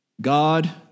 God